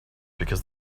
because